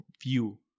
view